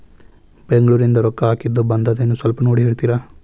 ಬೆಂಗ್ಳೂರಿಂದ ರೊಕ್ಕ ಹಾಕ್ಕಿದ್ದು ಬಂದದೇನೊ ಸ್ವಲ್ಪ ನೋಡಿ ಹೇಳ್ತೇರ?